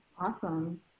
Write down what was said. Awesome